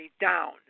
down